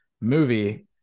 movie